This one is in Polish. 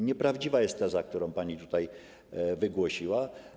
Nieprawdziwa jest teza, którą pani tutaj wygłosiła.